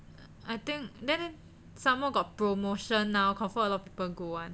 I think then some more got promotion now confirm got a lot of people go [one]